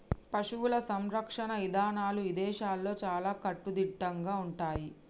పశువుల సంరక్షణ ఇదానాలు ఇదేశాల్లో చాలా కట్టుదిట్టంగా ఉంటయ్యి